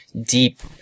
deep